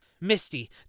Misty